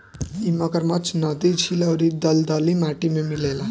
इ मगरमच्छ नदी, झील अउरी दलदली माटी में मिलेला